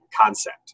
concept